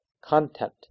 content